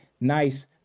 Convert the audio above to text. nice